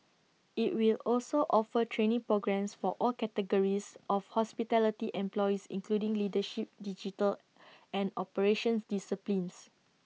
IT will also offer training programmes for all categories of hospitality employees including leadership digital and operations disciplines